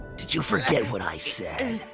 did you forget what i said?